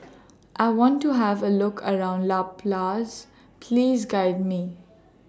I want to Have A Look around La Paz Please Guide Me